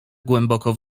głęboko